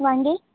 वांगे